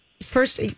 First